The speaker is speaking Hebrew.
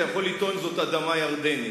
אתה יכול לטעון שזאת אדמה ירדנית,